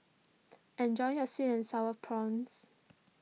enjoy your Sweet and Sour Prawns